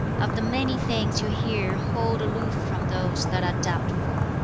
of the many things you hear hold aloof from those that are doubtful,